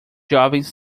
jovens